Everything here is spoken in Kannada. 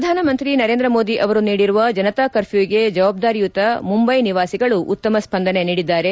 ಪ್ರಧಾನಮಂತ್ರಿ ನರೇಂದ್ರ ಮೋದಿ ಅವರು ನೀಡಿರುವ ಜನತಾ ಕರ್ಪ್ಯೂಗೆ ಜವಾಬ್ದಾರಿಯುತ ಮುಂಬೈ ನಿವಾಸಿಗಳು ಉತ್ತಮ ಸ್ಪಂದನೆ ನೀಡಿದ್ದಾರೆ